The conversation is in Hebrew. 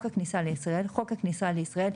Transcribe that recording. הכניסה לישראל" חוק הכניסה לישראל,